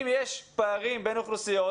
אם יש פערים בין האוכלוסיות